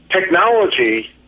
technology